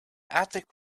attic